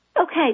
Okay